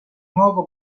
nuovo